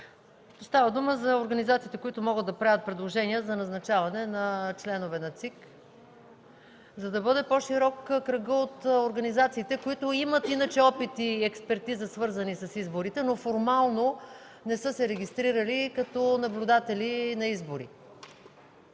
Става дума за организациите, които могат да правят предложения за назначаване на членове на ЦИК, за да бъде по-широк кръгът от организациите, които имат иначе опит и експертиза, свързани с изборите, но формално не са се регистрирали като наблюдатели на избори.